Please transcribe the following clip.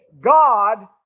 God